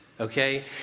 okay